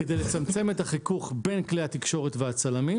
כדי לצמצם את החיכוך בין כלי התקשורת והצלמים